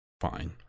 fine